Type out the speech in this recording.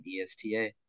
ESTA